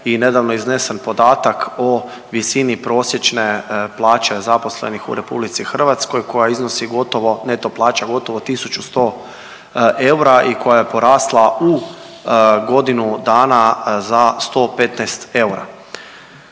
i nedavno iznesen podatak o visini prosječna plaće zaposlenih u RH koja iznosi gotovo, neto plaća gotovo 1.100 eura i koja je porasla u godinu dana za 115 eura.